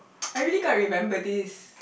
I really can't remember this